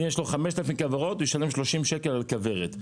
יש לו 5,000 כוורות, הוא ישלם 30 שקלים על כוורת.